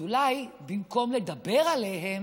אז אולי במקום לדבר עליהם,